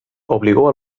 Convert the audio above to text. obligó